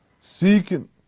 seeking